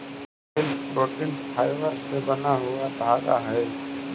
silk protein fibre से बना हुआ धागा हई